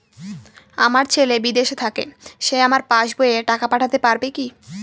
আমার ছেলে বিদেশে থাকে সে আমার পাসবই এ টাকা পাঠাতে পারবে কি?